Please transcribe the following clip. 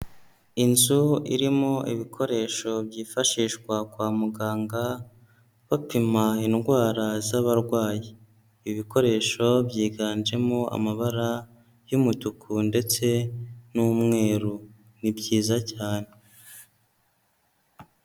Inzu irimo ibikoresho byifashishwa kwa muganga bapima indwara z'abarwayi, ibikoresho byiganjemo amabara y'umutuku ndetse n'umweru, ni byiza cyane.